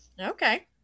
okay